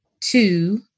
Two